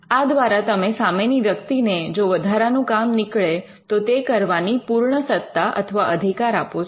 આ દ્વારા તમે સામેની વ્યક્તિને જો વધારાનું કામ નીકળે તો તે કરવાની પૂર્ણ સત્તા અથવા અધિકાર આપો છો